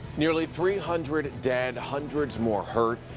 nearly three hundred dead, hundreds more hurt,